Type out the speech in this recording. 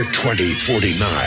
2049